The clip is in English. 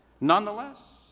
Nonetheless